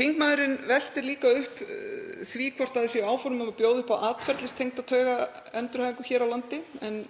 Þingmaðurinn veltir því líka upp hvort áform séu um að bjóða upp á atferlistengda taugaendurhæfingu hér á landi en